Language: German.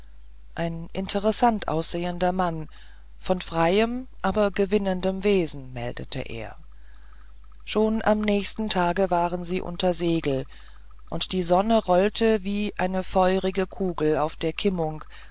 ein interessant aussehender mann von freiem aber gewinnendem wesen meldete er schon am nächsten tage waren sie unter segel und die sonne rollte wie eine feurige kugel auf der kimmung